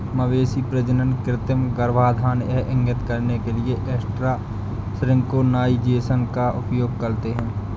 मवेशी प्रजनन कृत्रिम गर्भाधान यह इंगित करने के लिए एस्ट्रस सिंक्रोनाइज़ेशन का उपयोग करता है